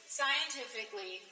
scientifically